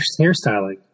hairstyling